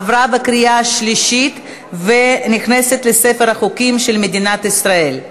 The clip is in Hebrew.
עברה בקריאה שלישית ונכנסת לספר החוקים של מדינת ישראל.